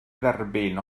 dderbyn